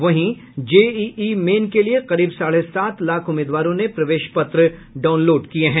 वहीं JEE Main के लिए करीब साढ़े सात लाख उम्मीदवारों ने प्रवेश पत्र डाउनलोड किए हैं